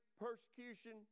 persecution